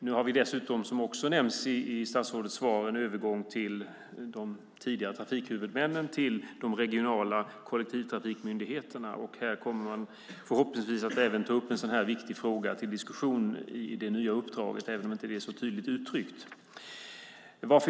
Som statsrådet också nämner i sitt svar har vi nu en övergång från de tidigare trafikhuvudmännen till de regionala kolletivtrafikmyndigheterna. Här kommer man förhoppningsvis att ta upp också en sådan här viktig fråga till diskussion, även om det inte är så tydligt uttryckt i det nya uppdraget.